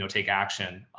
take action.